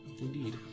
Indeed